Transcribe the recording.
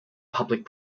public